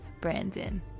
Brandon